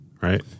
right